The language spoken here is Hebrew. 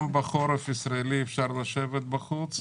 גם בחורף הישראלי אפשר לשבת בחוץ,